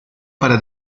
para